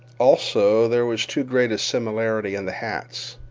also, there was too great a similarity in the hats.